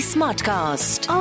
Smartcast